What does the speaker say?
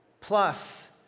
plus